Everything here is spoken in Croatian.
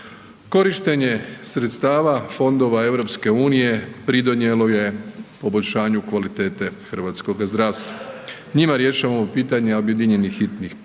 Korištenje sredstava Fondova EU pridonijelo je poboljšanju kvalitete hrvatskoga zdravstva, njima rješavamo pitanje objedinjenih hitnih bolničkih